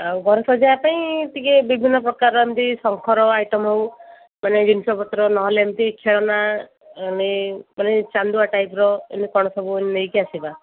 ଆଉ ଘର ସଜେଇବା ପାଇଁ ଟିକେ ବିଭିନ୍ନ ପ୍ରକାର ଏମିତି ଶଙ୍ଖ ର ଆଇଟମ ହୋଉ ମାନେ ଜିନିଷ ପତ୍ର ନହେଲେ ଏମିତି ଖେଳନା ମାନେ ଚାନ୍ଦୁଆ ଟାଇପ ର ଏମିତି କଣ ସବୁ ନେଇକି ଆସିବା